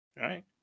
right